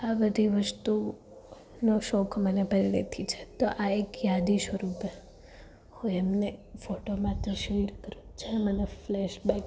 આ બધી વસ્તુનો શોખ મને પહેલેથી છે તો આ એક યાદી સ્વરૂપે હોય એમને ફોટોમાં તો શેર કરું જે મને ફલેસબેક